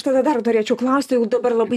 tada dar turėčiau klausti jau dabar labai